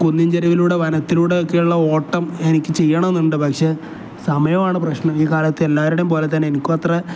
കുന്ന് ചരിവിലൂടെ വനത്തിലൂടെ ഒക്കെയുള്ള ഓട്ടം എനിക്ക് ചെയ്യണമെന്നുണ്ട് പക്ഷേ സമയമാണ് പ്രശ്നം ഈ കാലത്ത് എല്ലാവരുടെയും പോലെ തന്നെ എനിക്ക് അത്ര